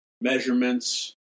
measurements